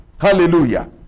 Hallelujah